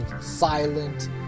silent